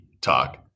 talk